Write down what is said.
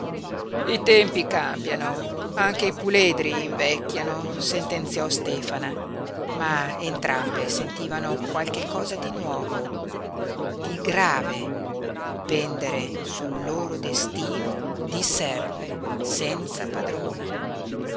i tempi cambiano anche i puledri invecchiano sentenziò stefana ma entrambe sentivano qualche cosa di nuovo di grave pendere sul loro destino di serve senza padrona